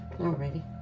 already